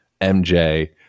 MJ